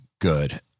good